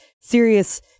serious